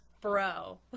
bro